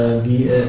wie